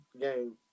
game